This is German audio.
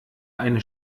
eine